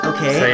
Okay